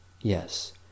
Yes